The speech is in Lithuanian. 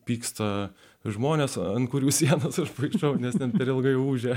pyksta žmonės ant kurių sienas aš prikišau nes ten per ilgai ūžia